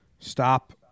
Stop